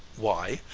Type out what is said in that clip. why?